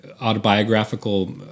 autobiographical